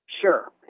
sure